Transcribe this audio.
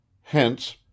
Hence